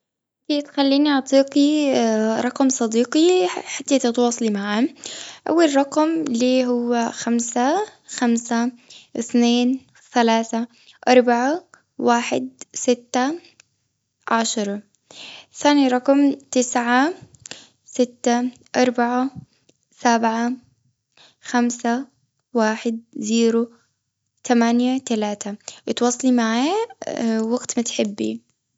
كيف تخليني أعطيكي رقم صديقي، حتى تتواصلي معاه. أول رقم ليه هو خمسة، خمسة، اثنين، ثلاثة، أربعة، واحد، ستة، عشرة. ثاني رقم، تسعة، أربعة، سبعة، خمسة، واحد، زيرو، تمانية، تلاتة. اتواصلي معاه وقت ما تحبيه.